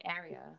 area